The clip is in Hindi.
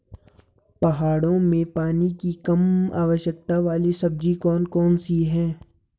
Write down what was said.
पहाड़ों में पानी की कम आवश्यकता वाली सब्जी कौन कौन सी हैं?